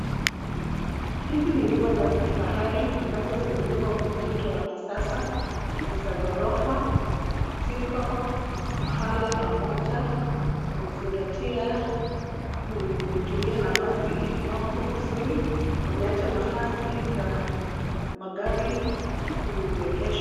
Hizi ni nyumba za kifahari ambazo zimejengwa kwa mtindo wa kisasa. Ni za ghorofa. Ziko pahala pamoja. Wamezingatia kutumia nafasi ilioko vizuri. Wameacha nafasi za magari kuegesha.